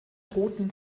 roten